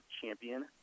champion